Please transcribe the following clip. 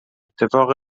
اتفاق